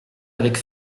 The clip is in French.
avec